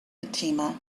fatima